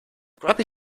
grubby